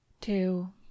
two